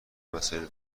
وسایل